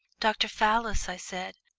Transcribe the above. dr. fallis, i said.